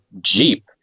Jeep